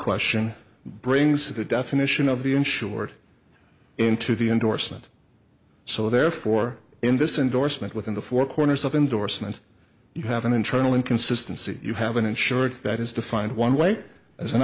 question brings the definition of the insured into the endorsement so therefore in this indorsement within the four corners of indorsement you have an internal inconsistency you have an insurance that is defined one way as an